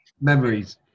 Memories